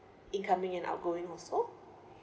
incoming and outgoing also